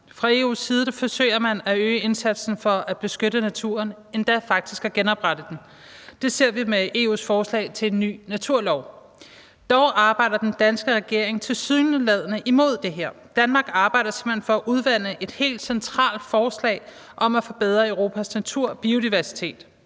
Fra EU's side forsøger man at øge indsatsen for at beskytte naturen og endda faktisk at genoprette den. Det ser vi med EU's forslag til en ny naturlov. Dog arbejder den danske regering tilsyneladende imod det her. Danmark arbejder simpelt hen for at udvande et helt centralt forslag om at forbedre Europas natur og biodiversitet.